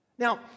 Now